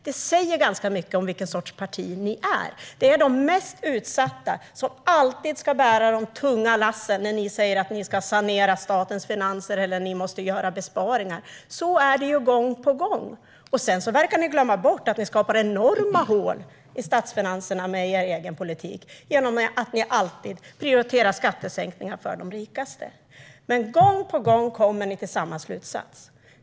Det säger ganska mycket om vilken sorts parti ni är. Det är de mest utsatta som alltid ska bära de tunga lassen när ni säger att ni ska sanera statens finanser eller när ni måste göra besparingar. Så är det gång på gång. Sedan verkar ni glömma bort att ni skapar enorma hål i statsfinanserna med er egen politik genom att ni alltid prioriterar skattesänkningar för de rikaste. Gång på gång kommer ni till samma slutsats.